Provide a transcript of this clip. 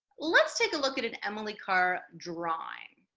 let's take a look at an emily carr drawing.